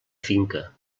finca